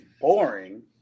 boring